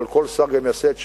כל שר גם יעשה את שלו.